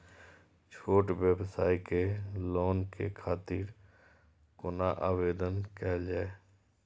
छोट व्यवसाय के लोन के खातिर कोना आवेदन कायल जाय?